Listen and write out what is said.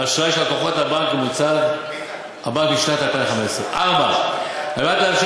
האשראי של לקוחות הבנק משנת 2015. 4. על מנת לאפשר